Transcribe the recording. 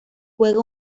juegan